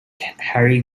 harry